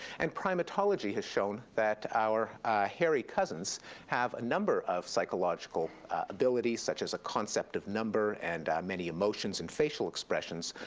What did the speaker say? and primatology has shown that our hairy cousins have a number of psychological abilities, such as a concept of number and many emotions and facial expressions,